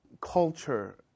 culture